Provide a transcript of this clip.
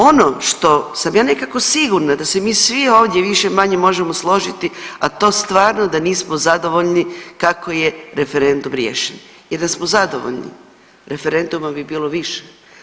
Ono što sam ja nekako sigurna da se mi svi ovdje više-manje možemo složiti, a to stvarno da nismo zadovoljni kako je referendum riješen jer da smo zadovoljni referenduma bi bilo više.